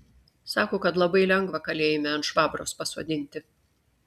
sako kad labai lengva kalėjime ant švabros pasodinti